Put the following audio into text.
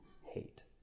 hate